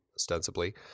ostensibly